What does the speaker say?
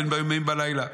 בין ביום ובין בלילה.